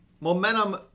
Momentum